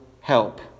help